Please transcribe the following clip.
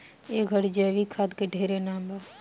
ए घड़ी जैविक खाद के ढेरे नाम बा